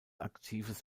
aktives